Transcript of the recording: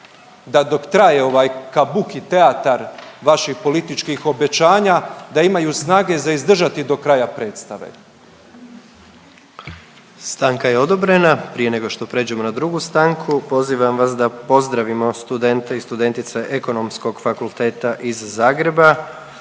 da dok traje ovaj kabuki teatar vaših političkih obećanja, da imaju snage za izdržati do kraja predstave. **Jandroković, Gordan (HDZ)** Stanka je odobrena. Prije nego što pređemo na drugu stanku, pozivam vas da pozdravimo studente i studentice Ekonomskog fakulteta iz Zagreba.